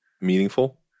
meaningful